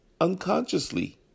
unconsciously